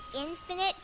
infinite